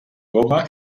goma